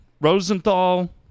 Rosenthal